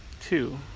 Two